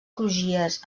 crugies